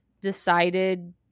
decided